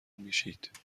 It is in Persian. میشید